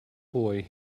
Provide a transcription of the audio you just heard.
boy